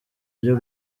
ibyo